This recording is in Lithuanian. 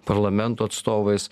parlamento atstovais